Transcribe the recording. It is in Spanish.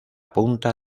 punta